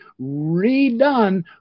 redone